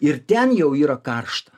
ir ten jau yra karšta